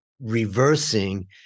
reversing